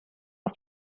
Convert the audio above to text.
auf